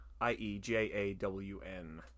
I-E-J-A-W-N